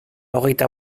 hogeita